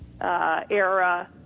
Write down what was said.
Era